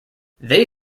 they